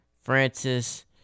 Francis